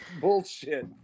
bullshit